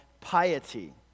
piety